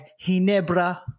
Hinebra